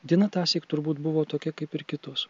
diena tąsyk turbūt buvo tokia kaip ir kitos